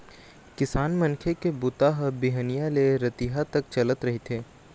किसान मनखे के बूता ह बिहनिया ले रतिहा तक चलत रहिथे